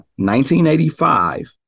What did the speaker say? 1985